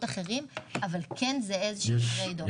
אחרים אבל זה כן איזשהו טרייד אוף.